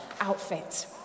outfit